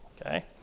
Okay